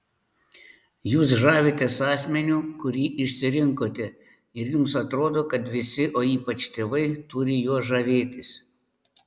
jūs žavitės asmeniu kurį išsirinkote ir jums atrodo kad visi o ypač tėvai turi juo žavėtis